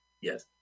Yes